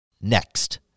Next